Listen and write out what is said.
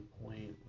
point